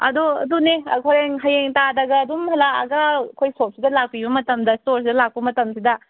ꯑꯗꯣ ꯑꯗꯨꯅꯦ ꯍꯌꯦꯡ ꯇꯥꯗꯒ ꯑꯗꯨꯝ ꯂꯥꯛꯑꯒ ꯑꯩꯈꯣꯏ ꯁꯣꯞꯁꯤꯗ ꯂꯥꯛꯄꯤꯕ ꯃꯇꯝꯗ ꯏꯁꯇꯣꯔꯁꯤꯗ ꯂꯥꯛꯄ ꯃꯇꯝꯁꯤꯗ